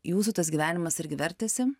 jūsų tas gyvenimas irgi vertėsi